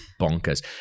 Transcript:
bonkers